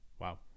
Wow